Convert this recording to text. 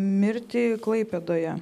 mirtį klaipėdoje